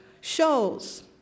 shows